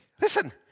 Listen